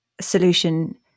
solution